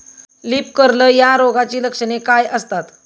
Leaf curl या रोगाची लक्षणे काय असतात?